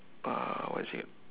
uh what is it